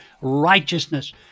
righteousness